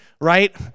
right